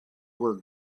were